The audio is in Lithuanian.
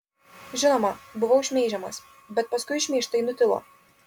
žinoma buvau šmeižiamas bet paskui šmeižtai nutilo